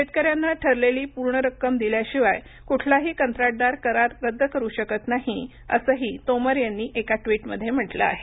शेतकऱ्यांना ठरलेली पूर्ण रक्कम दिल्याशिवाय कुठलाही कंत्राटदार करार रद्द करू शकत नाही असंही तोमर यांनी एका ट्विटमध्ये म्हटलं आहे